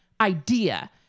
idea